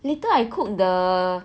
later I cook the